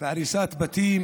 והריסת בתים